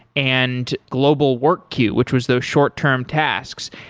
and global work queue, which was though short-term tasks,